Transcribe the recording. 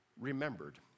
remembered